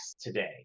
today